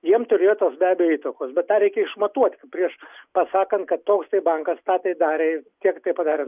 jiem turėjo tos be abejo įtakos bet tą reikia išmatuot prieš pasakant kad toks tai bankas tą tai darė kiek tai padarė